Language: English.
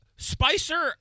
Spicer